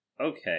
Okay